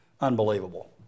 unbelievable